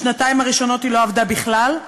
בשנתיים הראשונות היא לא עבדה בכלל,